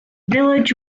village